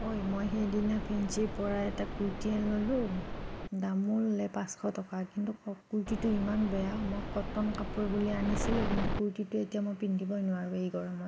অ'ই মই সেইদিনা ফেঞ্চিৰ পৰাই এটা কুৰ্তি ল'লো দামো ল'লে পাঁচশ টকা কিন্তু কুৰ্তিটো ইমান বেয়া মই কটন কাপোৰ বুলিয়ে আনিছিলোঁ কিন্তু কুৰ্তিটো এতিয়া মই পিন্ধিব নোৱাৰোঁ এই গৰমত